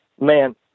man